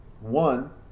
One